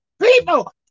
people